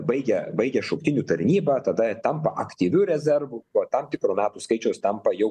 baigia baigia šauktinių tarnybą tada jie tampa aktyviu rezervu po tam tikro metų skaičius tampa jau